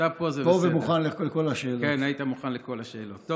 פה ומוכן לכל השאלות.